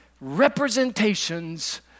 representations